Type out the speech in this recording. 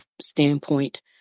standpoint